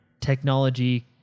technology